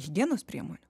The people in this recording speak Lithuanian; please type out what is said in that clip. higienos priemonių